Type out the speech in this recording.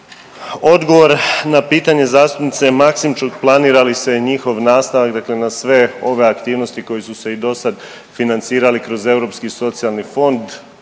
Odgovor na pitanje zastupnice Maksimčuk planira li se njihov nastavak dakle na sve ove aktivnosti koje su se i dosad financirale kroz Europski socijalni fond